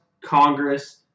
Congress